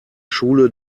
schule